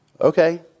Okay